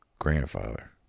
grandfather